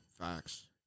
Facts